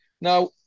Now